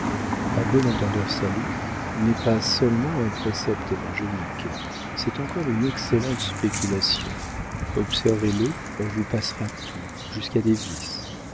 a bon entendeur salut n'est pas seulement un précepte évangélique c'est encore une excellente spéculation observez le on vous passera tout jusqu'à des vices